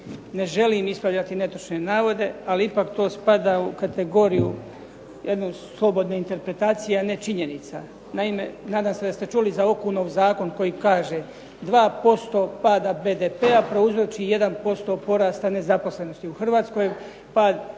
Ne želim ispravljati netočne navode, ali ipak to spada u kategoriju jednu slobodnu interpretaciju, a ne činjenica. Naime, nadam se da ste čuli Okunov zakon koji kaže: "2% pada BDP-a prouzroči 1% porasta nezaposlenosti". U Hrvatskoj